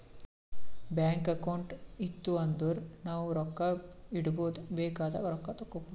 bank account ಇತ್ತು ಅಂದುರ್ ನಾವು ರೊಕ್ಕಾ ಇಡ್ಬೋದ್ ಬೇಕ್ ಆದಾಗ್ ರೊಕ್ಕಾ ತೇಕ್ಕೋಬೋದು